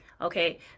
Okay